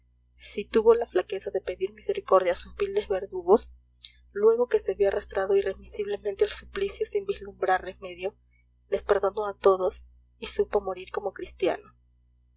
si tuvo la flaqueza de pedir misericordia a sus viles verdugos luego que se vio arrastrado irremisiblemente al suplicio sin vislumbrar remedio les perdonó a todos y supo morir como cristiano